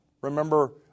Remember